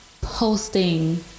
posting